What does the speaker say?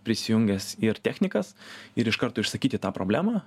prisijungęs ir technikas ir iš karto išsakyti tą problemą